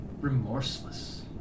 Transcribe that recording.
Remorseless